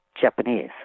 Japanese